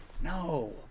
No